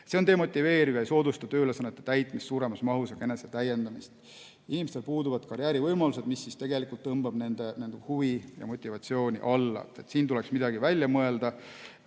on demotiveeriv, ei soodusta tööülesannete täitmist suuremas mahus ja ka enesetäiendamist. Inimestel puuduvad karjäärivõimalused ning see tegelikult tõmbab nende huvi ja motivatsiooni alla. Siin tuleks midagi välja mõelda.